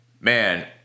man